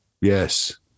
Yes